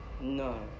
no